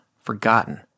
forgotten